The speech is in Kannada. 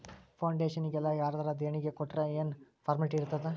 ಫೌಡೇಷನ್ನಿಗೆಲ್ಲಾ ಯಾರರ ದೆಣಿಗಿ ಕೊಟ್ರ್ ಯೆನ್ ಫಾರ್ಮ್ಯಾಲಿಟಿ ಇರ್ತಾದ?